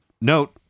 note